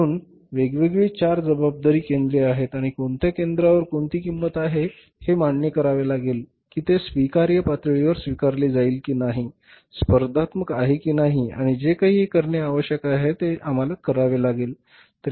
म्हणून वेगवेगळी चार जबाबदारी केंद्रे आहेत आणि कोणत्या केंद्रावर कोणती किंमत आहे हे मान्य करावे लागेल की ते स्वीकार्य पातळीवर स्वीकारले जाईल की नाही स्पर्धात्मक आहे की नाही आणि जे काही करणे आवश्यक आहे ते आम्हाला करावे लागेल